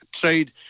trade